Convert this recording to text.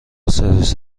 سرویس